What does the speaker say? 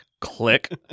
click